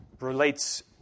relates